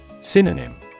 Synonym